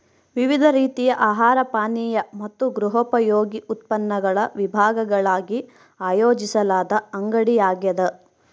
ವಿವಿಧ ರೀತಿಯ ಆಹಾರ ಪಾನೀಯ ಮತ್ತು ಗೃಹೋಪಯೋಗಿ ಉತ್ಪನ್ನಗಳ ವಿಭಾಗಗಳಾಗಿ ಆಯೋಜಿಸಲಾದ ಅಂಗಡಿಯಾಗ್ಯದ